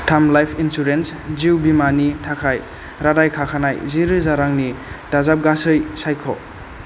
टाम life insurance जिउ बीमानि थाखाय रादाय खाखानाय जिरोजा रांनि दाजाबगासै सायख'